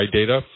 data